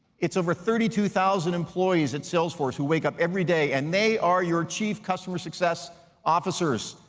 it's over thirty two thousand employees at salesforce who wake up every day, and they are your chief customer success officers.